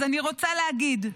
אז אני רוצה להגיד: